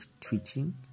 twitching